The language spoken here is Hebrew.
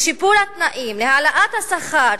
לשיפור התנאים, להעלאת השכר,